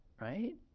right